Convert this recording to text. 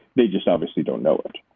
they just obviously don't know it.